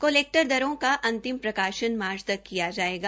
collector दरों का अंतिम प्रकाशन मार्च तक किया जाएगा